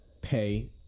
pay